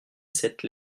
cette